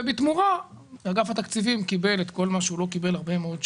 ובתמורה אגף התקציבים קיבל את כל מה שהוא לא קיבל הרבה מאוד שנים.